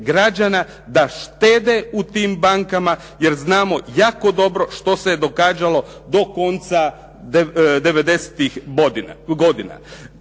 da štede u tim bankama, jer znamo jako dobro što se događalo do konca '90.-tih godina.